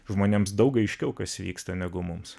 žmonėms daug aiškiau kas įvyksta negu mums